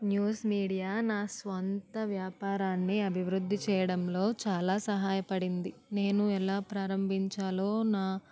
news media నా సొంత వ్యాపారాన్ని అభివృద్ధి చేయడంలో చాలా సహాయపడింది నేను ఎలా ప్రారంభించాలో నా